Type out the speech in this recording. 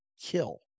kill